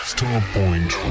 Starpoint